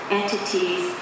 entities